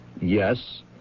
Yes